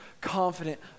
confident